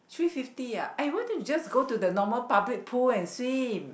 three fifty ah why don't you just go to the normal public pool and swim